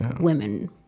women